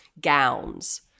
gowns